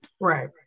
right